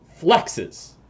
flexes